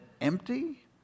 empty